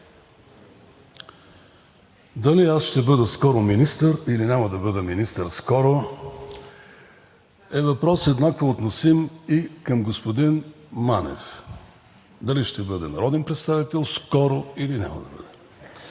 Дали аз ще бъда скоро министър, или няма да бъда министър скоро, е въпрос еднакво относим и към господин Манев – дали ще бъде народен представител скоро, или няма да бъде.